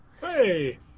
Hey